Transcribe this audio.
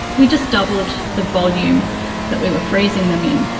we just doubled the volume that we were freezing them in,